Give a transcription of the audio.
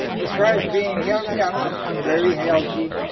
as far as being healthy, um i'm i'm very healthy,